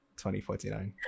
2049